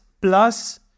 plus